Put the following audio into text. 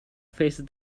faces